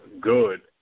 good